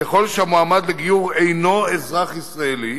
ככל שהמועמד לגיור אינו אזרח ישראלי,